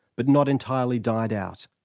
but not entirely died out.